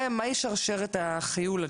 מה ישרשר את "החיול"?